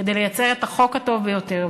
כדי לייצר את החוק הטוב ביותר,